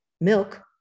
milk